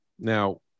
Now